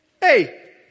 hey